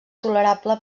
tolerable